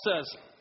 says